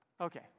Okay